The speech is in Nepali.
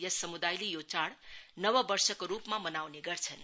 यस सम्दायले यो चाढ़ नव वर्षको रूपमा मनाउने गर्छन्